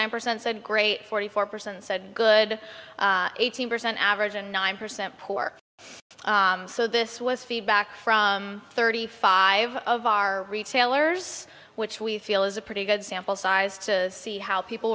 nine percent said great forty four percent said good eighteen percent average and nine percent poor so this was feedback from thirty five of our retailers which we feel is a pretty good sample size to see how people